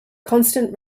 constant